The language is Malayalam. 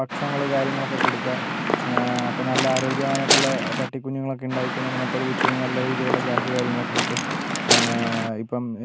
ഭക്ഷണങ്ങൾ കാര്യങ്ങളൊക്കെ കൊടുക്കുക അപ്പം നല്ല ആരോഗ്യവാനായിട്ടുള്ള പട്ടി കുഞ്ഞുങ്ങളൊക്കെ ഉണ്ടായി കഴിഞ്ഞാൽ നമുക്കത് വിറ്റ് കഴിഞ്ഞാൽ നല്ല രീതിയിലുള്ള ക്യാഷ് കാര്യങ്ങളൊക്കെ കിട്ടും ഇപ്പം